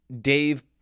Dave